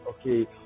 okay